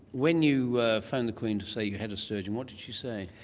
when you phoned the queen to say you had a sturgeon, what did she say?